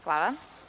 Hvala.